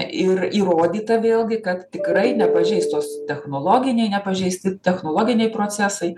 ir įrodyta vėlgi kad tikrai nepažeistos technologiniai nepažeisti technologiniai procesai